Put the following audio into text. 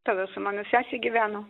tada su mano sese gyveno